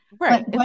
right